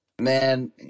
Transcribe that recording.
Man